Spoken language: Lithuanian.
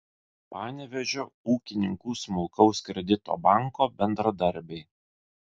panevėžio ūkininkų smulkaus kredito banko bendradarbiai